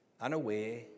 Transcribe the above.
unaware